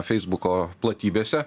feisbuko platybėse